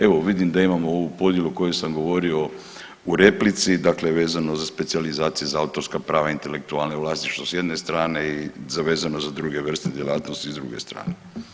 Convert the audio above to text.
Evo, vidim da imamo ovu podjelu o kojoj sam govorio u replici, dakle vezano za specijalizacije za autorska prava, intelektualno vlasništvo s jedne strane i za, vezano za druge vrste djelatnosti s druge strane.